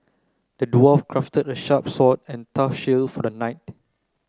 the dwarf crafted a sharp sword and a tough shield for the knight